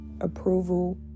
approval